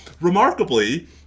Remarkably